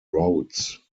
roads